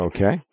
Okay